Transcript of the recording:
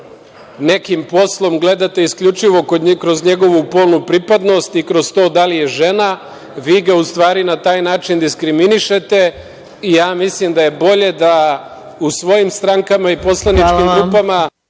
nekim poslom gledate isključivo kroz njegovu polnu pripadnost i kroz to da li je žena, vi ga u stvari na taj način diskriminišete i ja mislim da je bolje da u svojim strankama i poslaničkih grupama…